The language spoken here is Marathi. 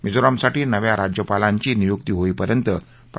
मिझोरामसाठी नव्या राज्यपालाची नियुक्ती होईपर्यंत प्रा